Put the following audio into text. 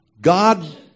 God